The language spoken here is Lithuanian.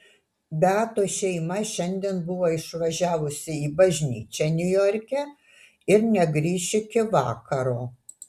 beatos šeima šiandien buvo išvažiavusi į bažnyčią niujorke ir negrįš iki vakaro